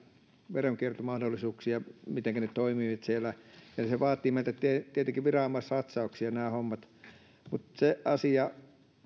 veronkiertomahdollisuuksia se mitenkä siellä toimitaan eli nämä hommat vaativat meiltä tietenkin viranomaissatsauksia mutta se asia